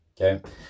Okay